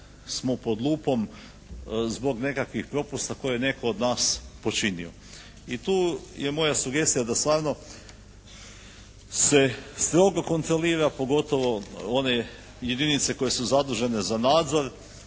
smo pod lupom zbog nekakvih propusta koje je netko od nas počinio. I tu je moja sugestija da stvarno se strogo kontrolira pogotovo one jedinice koje su zadužene za nadzor,